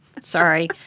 sorry